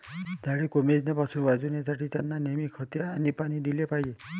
झाडे कोमेजण्यापासून वाचवण्यासाठी, त्यांना नेहमी खते आणि पाणी दिले पाहिजे